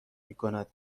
میکند